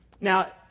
Now